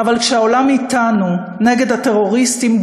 אבל כשהעולם אתנו נגד הטרוריסטים,